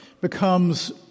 becomes